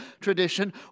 tradition